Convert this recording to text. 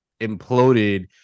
imploded